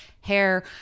hair